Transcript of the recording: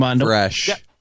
fresh